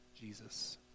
Jesus